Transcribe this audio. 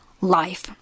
life